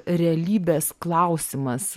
realybes klausimas